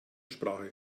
sprache